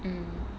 mm